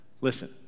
listen